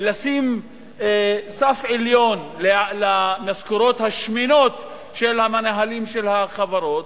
לשים סף עליון למשכורות השמנות של המנהלים של החברות,